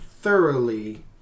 thoroughly